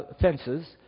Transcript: fences